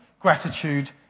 gratitude